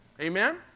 Amen